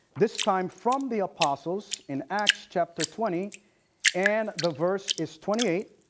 this time from the apostles in acts chapter twenty and the verse is twenty eight.